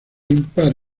impar